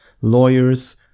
lawyers